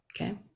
Okay